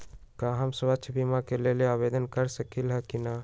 का हम स्वास्थ्य बीमा के लेल आवेदन कर सकली ह की न?